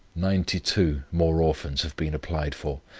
ninety-two more orphans have been applied for,